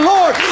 Lord